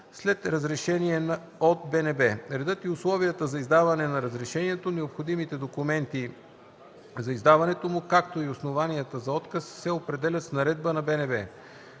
след разрешение от БНБ. Редът и условията за издаване на разрешението, необходимите документи за издаването му, както и основанията за отказ се определят с наредба на БНБ.”